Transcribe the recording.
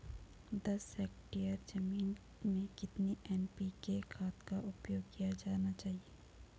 दस हेक्टेयर जमीन में कितनी एन.पी.के खाद का उपयोग किया जाना चाहिए?